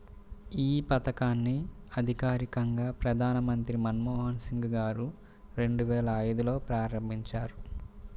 యీ పథకాన్ని అధికారికంగా ప్రధానమంత్రి మన్మోహన్ సింగ్ గారు రెండువేల ఐదులో ప్రారంభించారు